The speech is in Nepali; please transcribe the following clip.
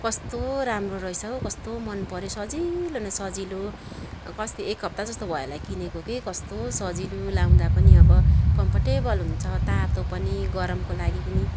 कस्तो राम्रो रहेछ हौ कस्तो मन पर्यो सजिलो न सजिलो कस्तो एक हप्ता जस्तो भयो होला किनेको कि कस्तो सजिलो लाउँदा पनि अब कम्फोर्टेबल हुन्छ तातो पनि गरमको लागि पनि